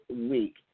week